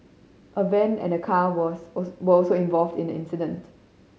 a van and car was were also involved in the incident